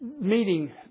meeting